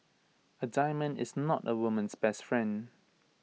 A diamond is not A woman's best friend